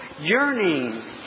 yearning